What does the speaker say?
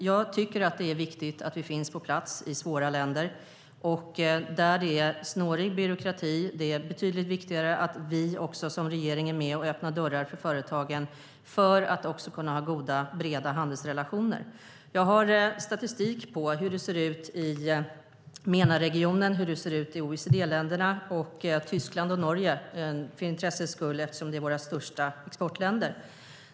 Jag tycker att det är viktigt att vi finns på plats i svåra länder och där det är en snårig byråkrati. Det är viktigt att vi som regering är med och öppnar dörrar för företagen för att kunna ha goda och breda handelsrelationer. Jag har statistik på hur det ser ut i MENA-regionen, OECD-länderna, Tyskland och Norge eftersom det är våra största exportländer.